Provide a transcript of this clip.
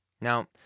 Now